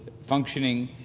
functioning,